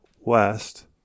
west